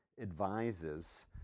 advises